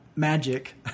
Magic